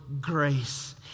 grace